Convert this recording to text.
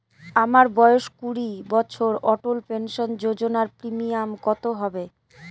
আমার বয়স কুড়ি বছর অটল পেনসন যোজনার প্রিমিয়াম কত হবে?